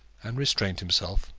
and restrained himself.